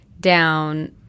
down